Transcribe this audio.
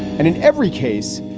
and in every case,